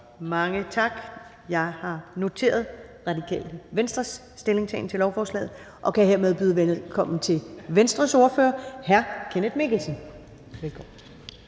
Mange tak. Jeg har noteret Radikale Venstres stillingtagen til lovforslaget og kan hermed byde velkommen til Venstres ordfører, hr. Kenneth Mikkelsen. Velkommen.